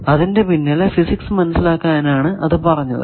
അതിന്റെ പിന്നിലെ ഫിസിക്സ് മനസ്സിലാക്കാനാണ് അത് പറഞ്ഞത്